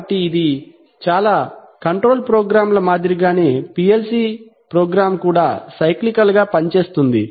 కాబట్టి ఇది చాలా కంట్రోల్ ప్రోగ్రామ్ల మాదిరిగానే PLC ప్రోగ్రామ్ కూడా సైక్లికల్ గా పనిచేస్తుంది